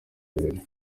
birori